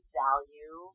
value